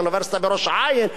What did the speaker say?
אוניברסיטה בראש-העין,